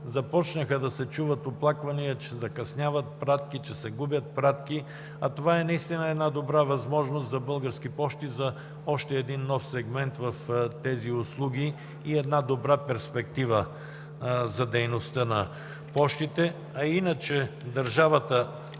започнаха да се чуват оплаквания, че закъсняват пратки, че се губят пратки, това наистина е добра възможност за Български пощи за още един нов сегмент в тези услуги и добра перспектива за дейността на пощите. Иначе държавата